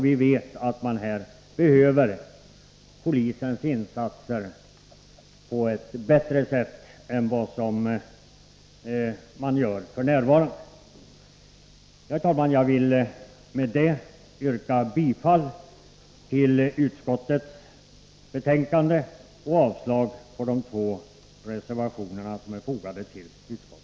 Vi vet att polisens insatser behöver utnyttjas på ett bättre sätt än som sker f. n. Herr talman! Jag vill med detta yrka bifall till utskottets hemställan och avslag på de två reservationer som är fogade till utskottets betänkande.